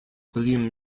william